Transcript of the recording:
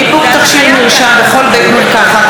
(ניפוק תכשיר מרשם בכל בית מרקחת),